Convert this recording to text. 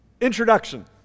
introduction